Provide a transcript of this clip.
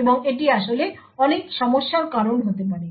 এবং এটি আসলে অনেক সমস্যার কারণ হতে পারে